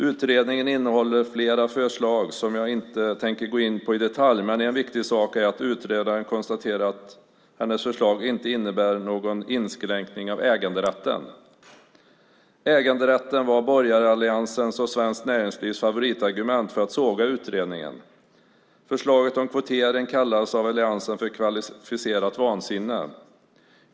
Utredningen innehåller flera förslag som jag inte tänker gå in på i detalj, men en viktig sak är att utredaren konstaterar att hennes förslag inte innebär någon inskränkning av äganderätten. Äganderätten var borgaralliansens och Svenskt Näringslivs favoritargument för att såga utredningen. Förslaget om kvotering kallades av alliansen för kvalificerat vansinne.